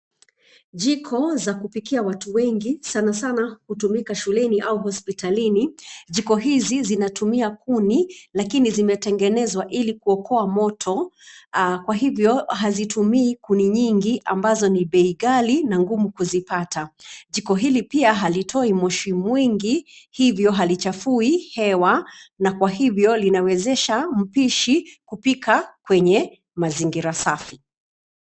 Jiko za kupikia watu wengi sana hutumika shuleni au hospitalini. Jiko hizi zinatumia kuni lakini zimetengenezwa ili kuokoa moto kwa hivyo hazitumii kuni nyingi ambazo ni bei ghali na ngumu kuzipata. Jiko hili pia halitoi moshi mwingi hivyo halichafui hewa na kwa hivyo linawezesha mpishi kupika kwenye mazingira safi.